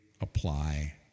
apply